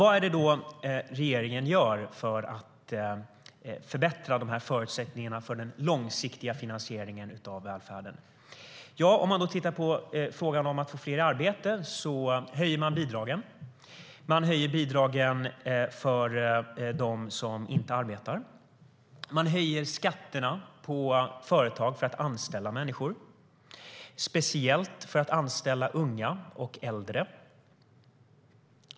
Vad är det då regeringen gör för att förbättra förutsättningarna för den långsiktiga finansieringen av välfärden? Ja, om vi tittar på frågan om att få fler i arbete ser vi att man höjer bidragen. Man höjer bidragen för dem som inte arbetar. Man höjer skatterna på företag för att anställa människor, speciellt för att anställa unga och äldre.